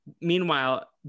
Meanwhile